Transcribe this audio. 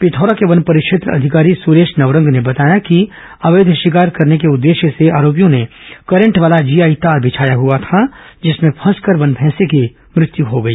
पिथौरा के वन परिक्षेत्र अधिकारी सुरेश नवरंग ने बताया कि अवैध शिकार करने के उद्देश्य से आरोपियों ने करंट वाला जीआई तार बिछाया हआ था जिसमें फंसकर वन भैंसे की मृत्य हो गई